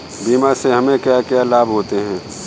बीमा से हमे क्या क्या लाभ होते हैं?